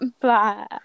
Bye